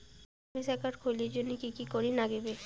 Savings account খুলির জন্যে কি কি করির নাগিবে?